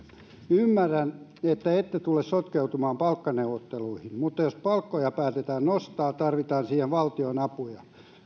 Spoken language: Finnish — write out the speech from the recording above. ymmärrän että ette tule sotkeutumaan palkkaneuvotteluihin mutta jos palkkoja päätetään nostaa tarvitaan siihen valtion apua